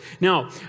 Now